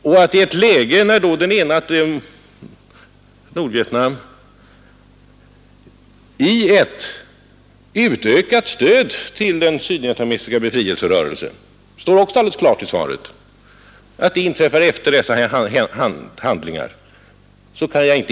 Det står också klart i svaret att Nordvietnam utökat sitt stöd till den sydvietnamesiska befrielserörelsen efter dessa handlingar.